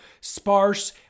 sparse